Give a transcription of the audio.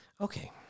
Okay